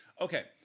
Okay